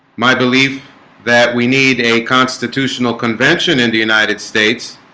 my belief that we need a constitutional convention in the united states